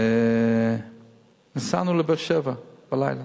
ונסענו לבאר-שבע בלילה,